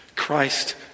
Christ